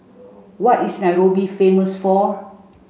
what is Nairobi famous for